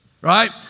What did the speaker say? right